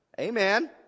Amen